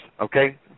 okay